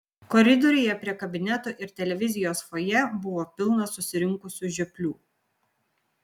koridoriuje prie kabineto ir televizijos fojė buvo pilna susirinkusių žioplių